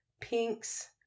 pinks